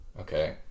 Okay